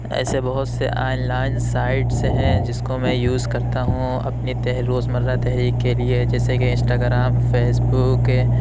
ایسے بہت سے آن لائن سائٹس ہیں جس کو میں یوز کرتا ہوں اپنے روز مرہ تحریک کے لیے جیسے کہ انسٹا گرام فیس بک